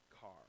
car